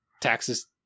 taxes